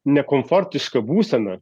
nekomfortiška būsena